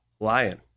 Lion